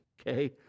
okay